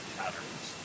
patterns